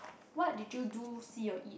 what did you do see or eat